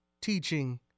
teaching